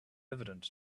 evident